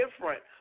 different